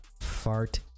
fart